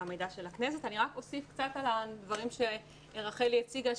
אוסיף קצת על הדברים שרחלי הציגה,